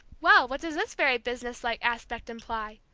well, what does this very businesslike aspect imply?